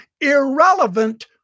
irrelevant